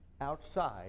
outside